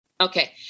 okay